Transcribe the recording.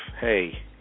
hey